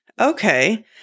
Okay